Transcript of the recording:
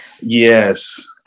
Yes